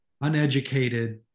uneducated